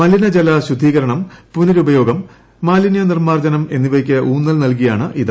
മലിനജല ശുദ്ധീകരണം പുനരുപയോഗം മാലിന്യ നിർമ്മാർജ്ജനം എന്നിവയ്ക്ക് ഊന്നൽ നൽകിയാണിത്